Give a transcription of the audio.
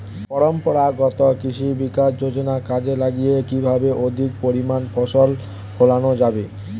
পরম্পরাগত কৃষি বিকাশ যোজনা কাজে লাগিয়ে কিভাবে অধিক পরিমাণে ফসল ফলানো যাবে?